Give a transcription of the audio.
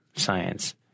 science